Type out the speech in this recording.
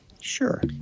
Sure